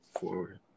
forward